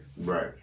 Right